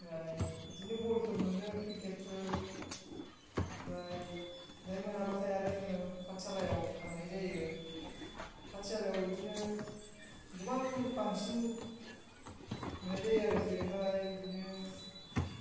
ओमफ्राय बिदिनो बलफोर मोनो क्रिकेटफोर ओमफ्राय बेहाय मोनाबाथाय आरो जोङो पाथसालायाव थांनाय जायो पाथसालायाव बिदिनो गोबां बांसिन मोननाय जायो आरो जेरैहाय बिदिनो